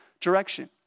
direction